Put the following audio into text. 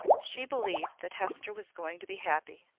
she believed that hester was going to be happy.